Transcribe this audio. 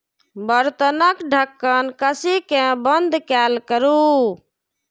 बर्तनक ढक्कन कसि कें बंद कैल करू